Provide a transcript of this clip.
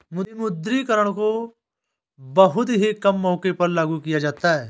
विमुद्रीकरण को बहुत ही कम मौकों पर लागू किया जाता है